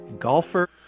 Golfer